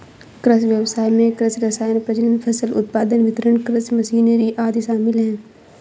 कृषि व्ययसाय में कृषि रसायन, प्रजनन, फसल उत्पादन, वितरण, कृषि मशीनरी आदि शामिल है